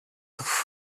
have